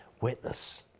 witness